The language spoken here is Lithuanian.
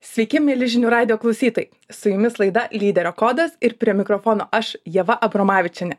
sveiki mieli žinių radijo klausytojai su jumis laida lyderio kodas ir prie mikrofono aš ieva abromavičienė